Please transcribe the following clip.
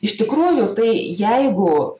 iš tikrųjų tai jeigu